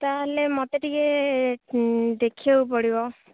ତାହେଲେ ମୋତେ ଟିକେ ଦେଖିବାକୁ ପଡ଼ିବ